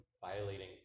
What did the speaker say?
violating